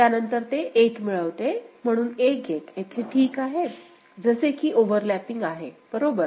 त्यानंतर ते 1 मिळविते म्हणून 1 1 तेथे ठीक आहेत जसे की ओव्हरलॅपिंग आहे बरोबर